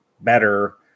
better